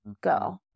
go